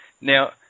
Now